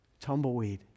tumbleweed